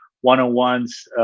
one-on-ones